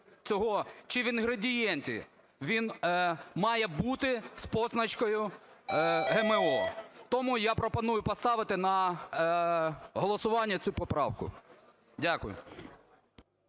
чи в інгредієнті, він має бути з позначкою ГМО. Тому я пропоную поставити на голосування цю поправку. Дякую.